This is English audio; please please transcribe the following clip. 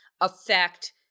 affect